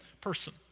person